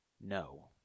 No